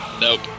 Nope